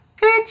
good